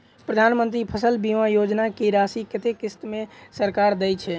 प्रधानमंत्री फसल बीमा योजना की राशि कत्ते किस्त मे सरकार देय छै?